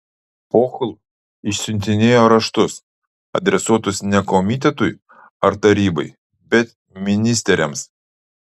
pohl išsiuntinėjo raštus adresuotus ne komitetui ar tarybai bet ministeriams